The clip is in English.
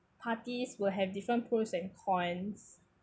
parties will have different pros and cons